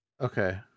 Okay